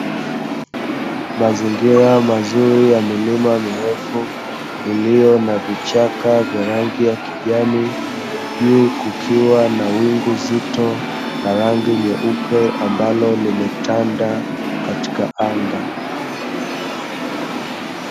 Mazingira mazuri ya milima mirefu iliyo na vichaka vya rangi ya kijani. Juu kukiwa na wingu zito la rangi nyeupe ambalo limetanda katika anga.